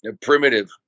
primitive